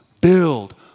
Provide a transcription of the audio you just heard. Build